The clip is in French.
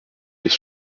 les